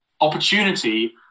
opportunity